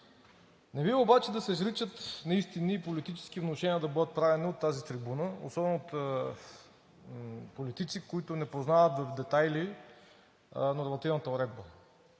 Не бива обаче да се изричат неистини и политически внушения да бъдат правени от тази трибуна особено от политици, които не познават в детайли нормативната уредба.